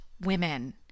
women